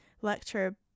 lecture